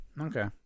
okay